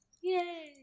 yay